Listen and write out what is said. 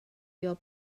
your